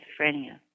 schizophrenia